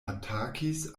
atakis